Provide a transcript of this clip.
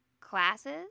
classes